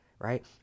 right